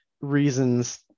reasons